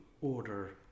order